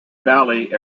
valley